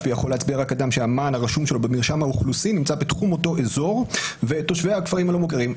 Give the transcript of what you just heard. שלפי הדין הנוהג מוקמים מוסדות ציבור ביישובים לא מוכרים,